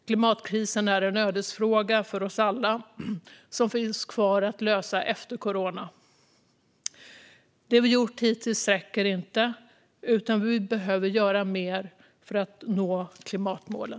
Klimatkrisen är en ödesfråga för oss alla, och den finns kvar att lösa efter corona. Det vi har gjort hittills räcker inte, utan vi behöver göra mer för att nå klimatmålen.